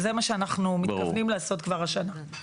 זה מה שאנחנו מתכוונים לעשות כבר השנה.